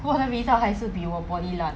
我的 results 还是比我 poly 烂